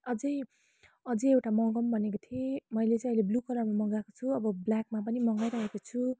अझ अझ एउटा मगाऊँ भनेको थिएँ मैले चाहिँ अहिले ब्लु कलरको मगाएको छु अब ब्ल्याकमा पनि मगाइरहेको छु